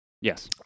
Yes